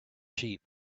sheep